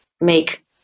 make